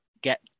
get